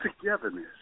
togetherness